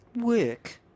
work